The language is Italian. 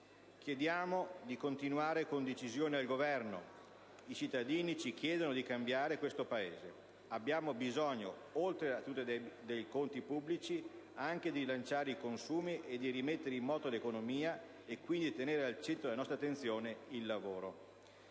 Governo di continuare con decisione. I cittadini ci chiedono di cambiare questo Paese. Abbiamo bisogno, oltre alla tenuta dei conti pubblici, di rilanciare anche i consumi e di rimettere in moto l'economia e quindi di tenere al centro della nostra attenzione il lavoro.